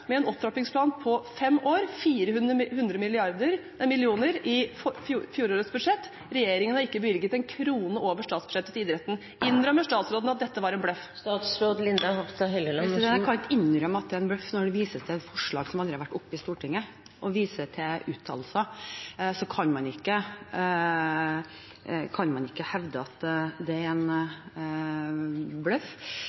med en opptrappingsplan over fem år, 400 mill. kr i fjorårets budsjett. Regjeringen har ikke bevilget én krone over statsbudsjettet til idretten. Innrømmer statsråden at dette var en bløff? Jeg kan ikke innrømme at det var en bløff når det vises til et forslag som aldri har vært fremmet i Stortinget, og når det vises til uttalelser, kan man ikke hevde at det er en bløff. Jeg håper at jeg ikke hører mer av det, for det er ikke riktig at det er